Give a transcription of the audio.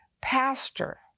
Pastor